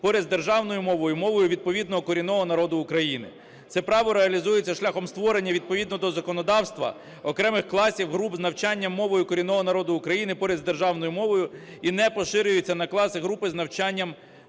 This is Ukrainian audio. поряд з державною мовою мовою відповідного корінного народу України. Це право реалізується шляхом створення, відповідно до законодавства, окремих класів, груп з навчанням мовою корінного народу України поряд з державною мовою і не поширюється на класи і групи з навчанням